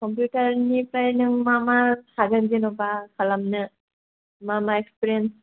computer निफ्राय नों मा मा हागोन जेन'बा खालामनो मा मा एक्सफिरेन्स